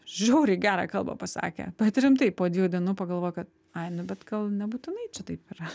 žiauriai gerą kalbą pasakė bet rimtai po dviejų dienų pagalvoji kad ai nu bet gal nebūtinai čia taip yra